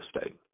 state